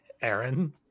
Aaron